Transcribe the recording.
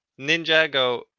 ninjago